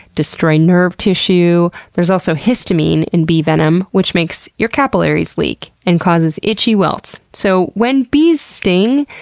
destroy nerve tissue. there's also histamine in bee venom, which makes your capillaries leak and causes itchy welts. so, when bees sting,